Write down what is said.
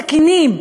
בסכינים,